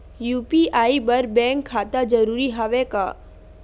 UPI बर bank खाता जरूरी हवय का?